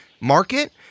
market